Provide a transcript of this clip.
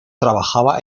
trabajaba